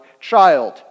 Child